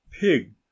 pig